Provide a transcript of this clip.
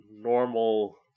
normal